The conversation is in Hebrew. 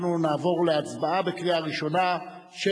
אנחנו נעבור להצבעה בקריאה ראשונה של